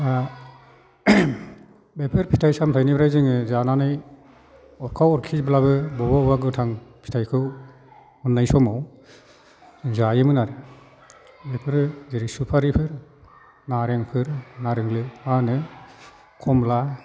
बेफोर फिथाइ सामथाइनिफ्राय जोङो जानानै अरखा अरखिब्लाबो बबेबा बबेबा गोथां फिथाइखौ मोननाय समाव जायोमोन आरोखि बेफोरो जेरै सुपारिफोर नारेंफोर नारें मा होनो खमला